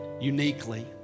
uniquely